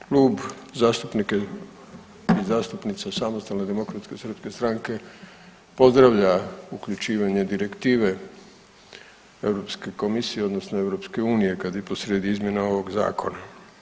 Klub zastupnika i zastupnica Samostalne demokratske srpske stranke pozdravlja uključivanje direktive Europske komisije odnosno Europske unije kada je posrijedi izmjena ovog zakona.